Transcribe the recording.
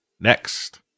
next